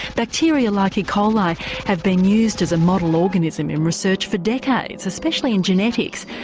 bacteria like e coli have been used as a model organism in research for decades, especially in genetics.